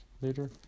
later